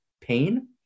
pain